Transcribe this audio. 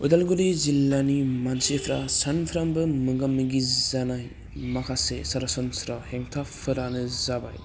उदालगुरि जिल्लानि मानसिफ्रा सानफ्रामबो मोगा मोगि जानाय माखासे सरासनस्रा हेंथाफोरानो जाबाय